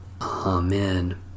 Amen